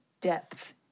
depth